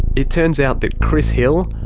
it turns out that chris hill,